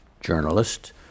journalist